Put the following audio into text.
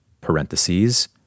parentheses